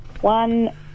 One